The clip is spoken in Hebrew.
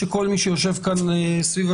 שעל פניו הם פחות נוקשים ויש לגביהם